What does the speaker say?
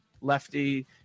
lefty